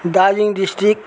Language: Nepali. दार्जिलिङ डिस्ट्रिक्ट